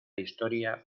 historia